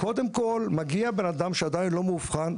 שקודם כל מגיע אדם שעדיין לא מאובחן,